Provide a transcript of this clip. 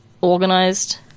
organized